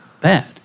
bad